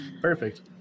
Perfect